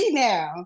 now